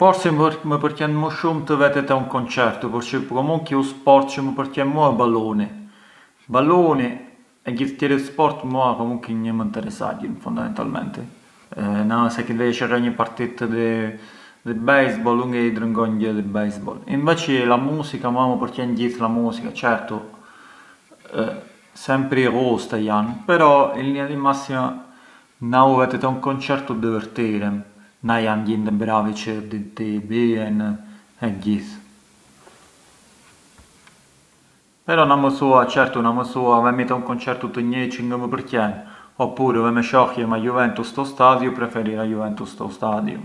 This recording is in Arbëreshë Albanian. Na pincar u rosa më vjen ment un album të njëi musicisti çë mua më përqen shumë çë i thon Nick Drake, Pink Moon, hënxa rosa, e pran tradizionalmenti ë lidhur me grat qi kullur, però chiaramenti ë uno stereotipu ormai.